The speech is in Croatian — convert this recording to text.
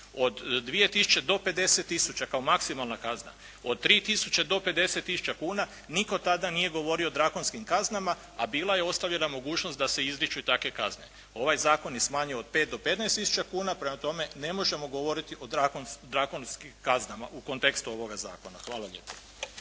od 2000 do 50000 kao maksimalna kazna, od 3000 do 50000 kuna, nitko tada nije govorio o drakonskim kaznama a bila je ostavljena mogućnost da se izriču i takve kazne. Ovaj zakon je smanjio do 5 do 15 tisuća kuna, prema tome ne možemo govoriti o drakonskim kaznama u kontekstu ovoga zakona. Hvala lijepa.